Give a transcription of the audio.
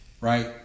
Right